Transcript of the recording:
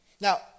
Now